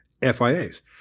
FIAs